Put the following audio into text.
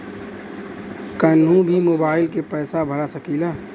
कन्हू भी मोबाइल के पैसा भरा सकीला?